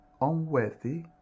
unworthy